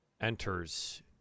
enters